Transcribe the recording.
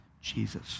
Jesus